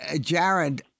Jared